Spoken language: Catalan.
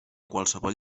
qualsevol